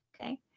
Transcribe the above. okay